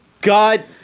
God